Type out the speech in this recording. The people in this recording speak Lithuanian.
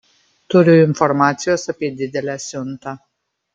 turiu informacijos apie didelę siuntą